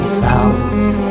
south